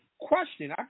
question